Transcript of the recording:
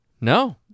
No